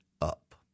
up